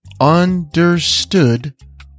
understood